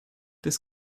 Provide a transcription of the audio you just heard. this